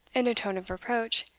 in a tone of reproach,